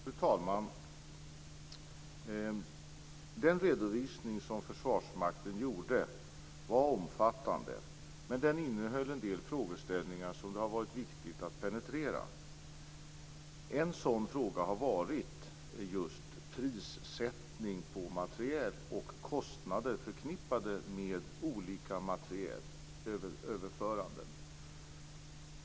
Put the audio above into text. Fru talman! Den redovisning som Försvarsmakten gjorde var omfattande, men den innehöll en del frågeställningar som det har varit viktigt att penetrera. En sådan fråga har varit just prissättning på materiel och kostnader förknippade med olika materielöverföringar.